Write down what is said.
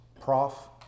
prof